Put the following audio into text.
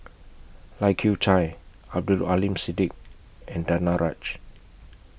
Lai Kew Chai Abdul Aleem Siddique and Danaraj